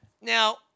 Now